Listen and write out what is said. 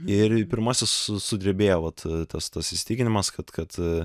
ir pirmasis sudrebėjo vat tas tas įsitikinimas kad kad